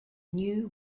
knew